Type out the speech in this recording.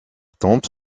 tombe